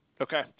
Okay